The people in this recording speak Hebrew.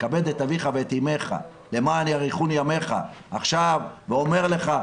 'כבד את אביך ואת אמך למען יאריכון ימיך' ואומר לך,